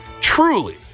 truly